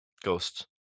Ghosts